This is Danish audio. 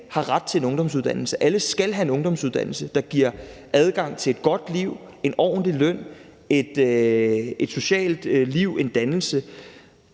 har ret til en ungdomsuddannelse, alle skal have en ungdomsuddannelse, der giver adgang til et godt liv, en ordentlig løn, et socialt liv, en dannelse,